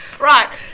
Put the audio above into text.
Right